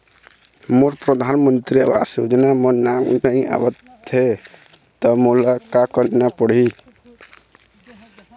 मोर परधानमंतरी आवास योजना म नाम नई आत हे त मोला का करना पड़ही?